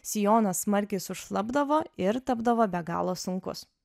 sijonas smarkiai sušlapdavo ir tapdavo be galo sunkus